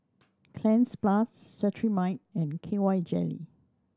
Cleanz Plus Cetrimide and K Y Jelly